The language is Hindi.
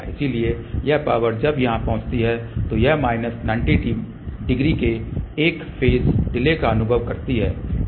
इसलिए यह पावर जब यहाँ पहुँचती है तो यह माइनस 90 डिग्री के एक फेज डिले का अनुभव करती है